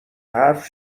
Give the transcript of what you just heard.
حرف